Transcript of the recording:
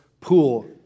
pool